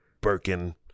Birkin